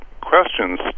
questions